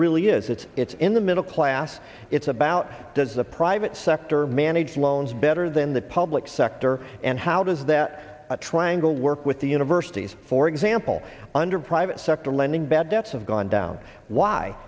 really is it it's in the middle class it's about does the private sector manage loans better than the public sector and how does that a triangle work with the universities for example under private sector lending bad debts have gone down why